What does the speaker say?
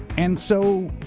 and so,